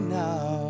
now